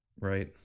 Right